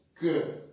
good